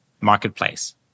marketplace